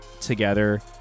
together